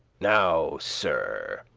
now, sir,